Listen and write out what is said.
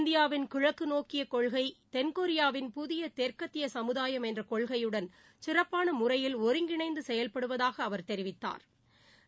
இந்தியாவின் கிழக்குநோக்கியகொள்கைதென்கொரியாவின் புதியதெற்கத்தியசமுதாயம் என்றகொள்கையுடன் சிறப்பானமுறையில் ஒருங்கிணைந்துசெயல்படுவதாகஅவா தெரிவித்தாா்